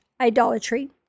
idolatry